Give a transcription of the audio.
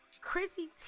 chrissy